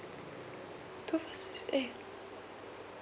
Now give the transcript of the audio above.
two four six eight